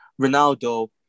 Ronaldo